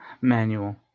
manual